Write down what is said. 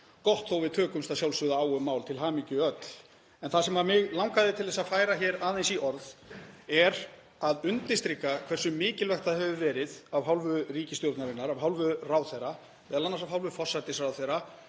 gott þó að við tökumst að sjálfsögðu á um mál. Til hamingju öll. En það sem mig langaði að færa aðeins í orð er að undirstrika hversu mikilvægt það hefur verið af hálfu ríkisstjórnarinnar, af hálfu ráðherra, m.a. af hálfu forsætisráðherra